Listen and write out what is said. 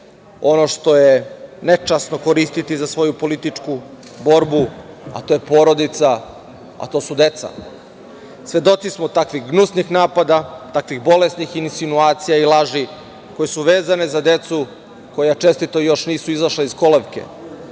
ono što je nečasno koristiti za svoju političku borbu, a to je porodica, a to su deca. Svedoci smo takvih gnusnih napada, takvih bolesnih insinuacija i laži koje su vezane za decu koja čestito još nisu izašla iz kolevke,